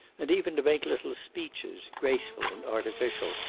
and even to make little speeches, graceful and artificial,